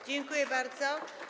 Dziękuję bardzo.